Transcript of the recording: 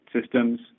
systems